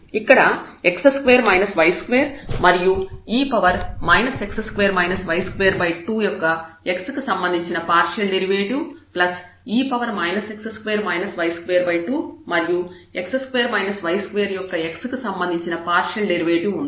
ఇక్కడ x2 y2 మరియు e x2 y22 యొక్క x కి సంబంధించిన partial derivative plus e x2 y22 మరియు x2 y2 యొక్క x కి సంబంధించిన పార్షియల్ డెరివేటివ్ వుంది